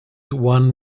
one